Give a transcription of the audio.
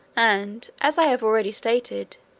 and, as i have already stated,